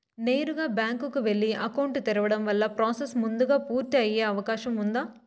నేరుగా బ్యాంకు కు వెళ్లి అకౌంట్ తెరవడం వల్ల ప్రాసెస్ ముందుగా పూర్తి అయ్యే అవకాశం ఉందా?